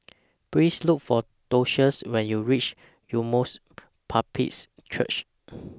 Please Look For Docias when YOU REACH Emmaus Baptist Church